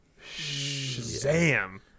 Shazam